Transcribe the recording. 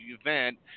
event